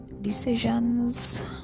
decisions